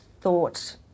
thought